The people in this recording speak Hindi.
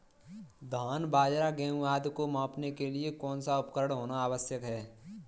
धान बाजरा गेहूँ आदि को मापने के लिए कौन सा उपकरण होना आवश्यक है?